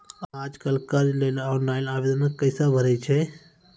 आज कल कर्ज लेवाक लेल ऑनलाइन आवेदन कूना भरै छै?